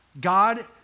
God